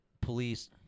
police